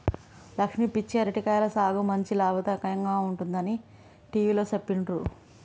లక్ష్మి పచ్చి అరటి కాయల సాగు మంచి లాభదాయకంగా ఉంటుందని టివిలో సెప్పిండ్రు